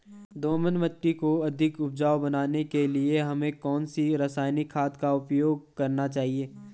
दोमट मिट्टी को अधिक उपजाऊ बनाने के लिए हमें कौन सी रासायनिक खाद का प्रयोग करना चाहिए?